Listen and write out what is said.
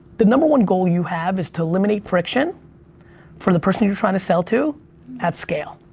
the number one goal you have is to eliminate friction for the person you're trying to sell to at scale.